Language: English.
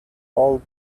hold